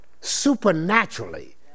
supernaturally